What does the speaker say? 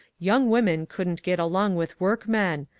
young women could n't get along with work men.